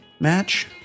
match